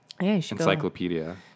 encyclopedia